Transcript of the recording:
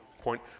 point